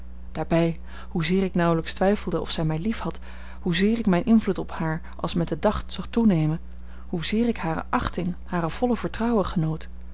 daarbij hoezeer ik nauwelijks twijfelde of zij mij liefhad hoezeer ik mijn invloed op haar als met den dag zag toenemen hoezeer ik hare achting haar volle vertrouwen genoot